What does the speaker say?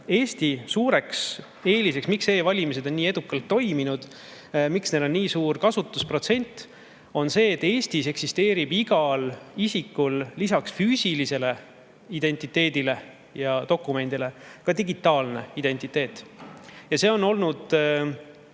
põhjus, miks meil on e-valimised nii edukalt toiminud, miks neil on nii suur kasutusprotsent, on see, et Eestis eksisteerib igal isikul lisaks füüsilisele identiteedile ja dokumendile ka digitaalne identiteet. Meil on